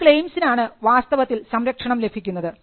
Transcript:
ഈ ക്ലെയിംസിനാണ് വാസ്തവത്തിൽ സംരക്ഷണം ലഭിക്കുന്നത്